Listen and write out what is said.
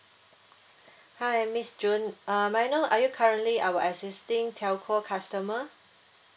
hi miss june uh may I know are you currently our existing telco customer